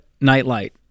nightlight